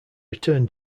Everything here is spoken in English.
return